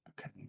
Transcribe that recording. Okay